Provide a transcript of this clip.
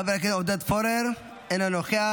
חבר הכנסת עודד פורר, אינו נוכח.